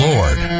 Lord